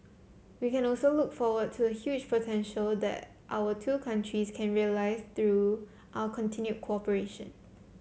we can also look forward to the huge potential that our two countries can realise through our continued cooperation